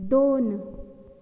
दोन